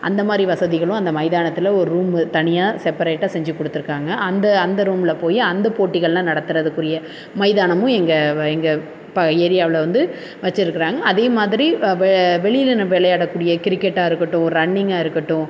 அந்த மாதிரி வசதிகளும் அந்த மைதானத்தில் ஒரு ரூம் தனியாக செப்பரேட்டாக செஞ்சு கொடுத்துருக்காங்க அந்த அந்த ரூமில் போய் அந்த போட்டிகள்லாம் நடத்தறதுக்குரிய மைதானமும் எங்கள் எங்கள் இப்போ ஏரியாவில் வந்து வச்சிருக்கறாங்க அதே மாதிரி வெ வெளியில் நம்ம விளயாடக் கூடிய கிரிக்கெட்டாக இருக்கட்டும் ரன்னிங்காக இருக்கட்டும்